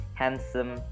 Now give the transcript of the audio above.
handsome